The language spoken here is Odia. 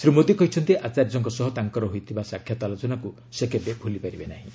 ଶ୍ରୀ ମୋଦୀ କହିଛନ୍ତି ଆଚାର୍ଯ୍ୟଙ୍କ ସହ ତାଙ୍କର ହୋଇଥିବା ସାକ୍ଷାତ ଆଲୋଚନାକୁ ସେ କେବେ ଭୁଲିପାରିବେ ନାହିଁ